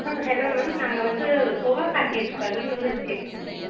ஆ hello ma'am நாங்கள் வந்து கோவா பேக்கேஜுக்காக டூரிஸ்ட் கேட்க வந்திருக்கோம்